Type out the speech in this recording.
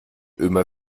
ömer